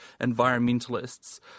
environmentalists